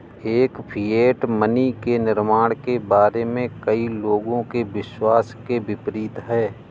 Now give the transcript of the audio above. यह fiat money के निर्माण के बारे में कई लोगों के विश्वास के विपरीत है